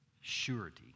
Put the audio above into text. surety